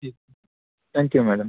ठीक thank you madam